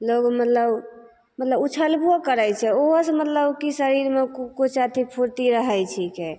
लोक मतलब मतलब उछलबो करै छै ओहोसे मतलब किछु शरीरमे कु किछु अथी फुरती रहै छिकै